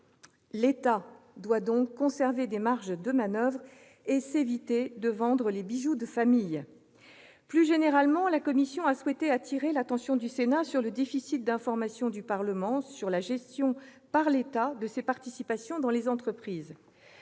L'État doit donc conserver des marges de manoeuvre et éviter de vendre les bijoux de famille. Plus généralement, la commission souhaite appeler l'attention du Sénat sur le déficit d'information du Parlement, quant à la gestion par l'État de ses participations dans les entreprises.